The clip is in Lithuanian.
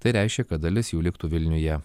tai reiškia kad dalis jų liktų vilniuje